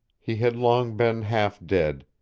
he had long been half dead,